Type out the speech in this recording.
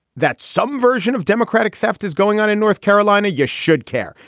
that's some version of democratic theft is going on in north carolina. you should care.